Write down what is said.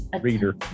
reader